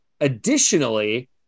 Additionally